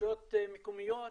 רשויות מקומיות,